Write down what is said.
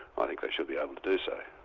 ah think they should be able to do so.